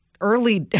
early